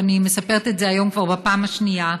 אני מספרת את זה היום כבר בפעם השנייה,